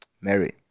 Mary